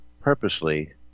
purposely